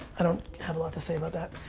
i don't have a lot to say about that.